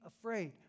afraid